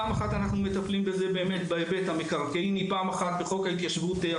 אנחנו מטפלים בזה פעם אחת בהיבט המקרקעין ופעם אחת בחוק ההתיישבות.